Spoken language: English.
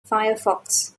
firefox